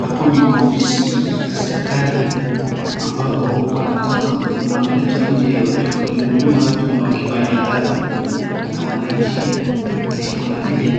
Hapo ni maofisi ya serikali, ambapo wameletwa nje wakihudumia watu na wakifanya kazi na wananchi, kuna vile